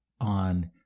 on